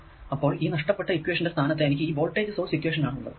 അപ്പോൾ ഈ നഷ്ടപ്പെട്ട ഇക്വേഷന്റെ സ്ഥാനത്തു എനിക്ക് വോൾടേജ് സോഴ്സ് ഇക്വേഷൻ ആണ് ഉള്ളത്